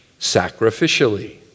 sacrificially